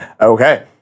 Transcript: Okay